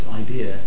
idea